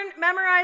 memorize